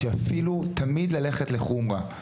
תמיד ללכת לחומרה.